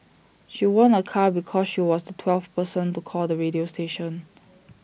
she won A car because she was the twelfth person to call the radio station